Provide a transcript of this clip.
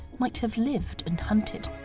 might have lived and hunted.